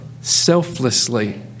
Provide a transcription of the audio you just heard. selflessly